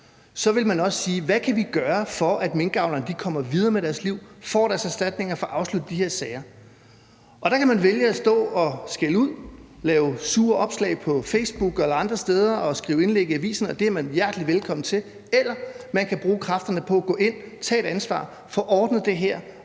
– vil man også spørge: Hvad kan vi gøre, for at minkavlerne kommer videre med deres liv, får deres erstatninger og får afsluttet de her sager? Og der kan man vælge at stå og skælde ud, lave sure opslag på Facebook eller andre steder og skrive indlæg i aviserne, og det er man hjertelig velkommen til, eller man kan bruge kræfterne på at gå ind, tage et ansvar, få ordnet det her